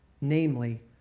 namely